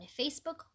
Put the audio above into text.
Facebook